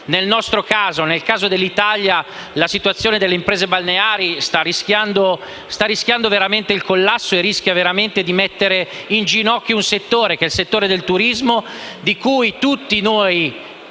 che ne fa parte. Nel caso dell'Italia, la situazione delle imprese balneari sta rischiando veramente il collasso e rischia davvero di mettere in ginocchio il settore del turismo, di cui tutti noi